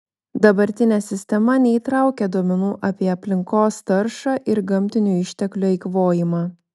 dabartinė sistema neįtraukia duomenų apie aplinkos taršą ir gamtinių išteklių eikvojimą